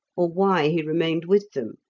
or why he remained with them,